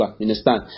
understand